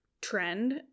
trend